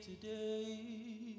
today